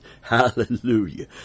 Hallelujah